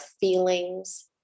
feelings